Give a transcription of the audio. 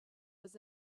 was